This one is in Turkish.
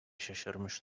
şaşırmış